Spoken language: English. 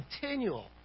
continual